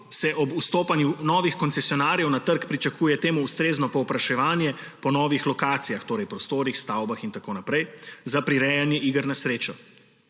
se ob vstopanju novih koncesionarjev na trg pričakuje temu ustrezno povpraševanje po novih lokacijah, torej prostorih, stavbah in tako naprej, za prirejanje iger na srečo,